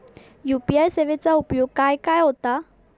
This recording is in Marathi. यू.पी.आय सेवेचा उपयोग खाय खाय होता?